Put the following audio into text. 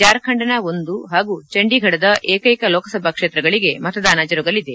ಜಾರ್ಖಂಡ್ನ ಒಂದು ಹಾಗೂ ಚಂಡೀಗಢದ ಏಕೈಕ ಲೋಕಸಭಾ ಕ್ಷೇತ್ರಗಳಿಗೆ ಮತದಾನ ಜರುಗಲಿದೆ